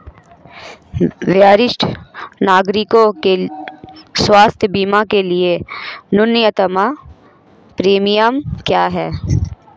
वरिष्ठ नागरिकों के स्वास्थ्य बीमा के लिए न्यूनतम प्रीमियम क्या है?